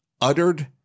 uttered